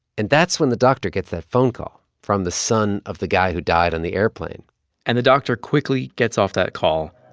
and that's when the doctor gets that phone call from the son of the guy who died on the airplane and the doctor quickly gets off that call,